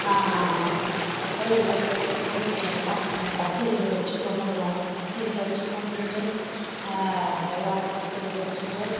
கோவில்ல போய்ட்டு கும்பிட்டுட்டு வருவோம் பத்திரிக்கை வச்சு கும்பிடுவோம் பத்திரிக்கை வச்சு கும்பிட்டுட்டு எல்லோருக்கும் பத்திரிக்கை வச்சுட்டு